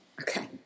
Okay